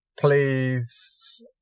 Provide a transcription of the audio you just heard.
please